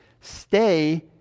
Stay